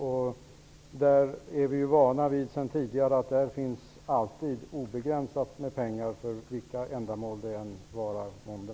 Vi är sedan tidigare vana vid att det enligt Vänsterpartiet alltid finns obegränsat med pengar för vilka ändamål det än vara månde.